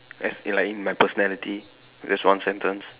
as in like in my personality that's one sentence